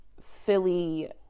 Philly